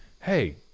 hey